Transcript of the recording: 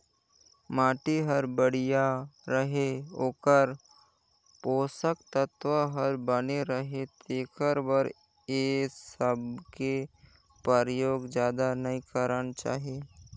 माटी हर बड़िया रहें, ओखर पोसक तत्व हर बने रहे तेखर बर ए सबके परयोग जादा नई करना चाही